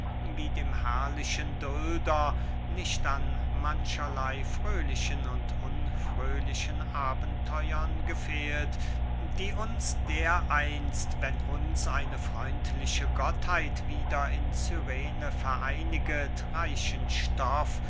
wie dem herrlichen dulder nicht an mancherley fröhlichen und unfröhlichen abenteuern gefehlt die uns dereinst wenn uns eine freundliche gottheit wieder in cyrene vereiniget reichen stoff